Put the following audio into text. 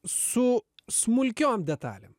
su smulkiom detalėm